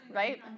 right